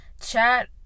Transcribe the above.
Chat